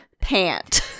pant